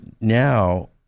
now